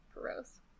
Gross